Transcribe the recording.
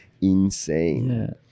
insane